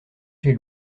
chez